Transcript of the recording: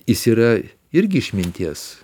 jis yra irgi išminties